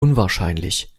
unwahrscheinlich